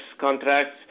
contracts